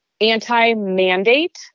anti-mandate